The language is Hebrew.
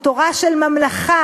היא תורה של ממלכה,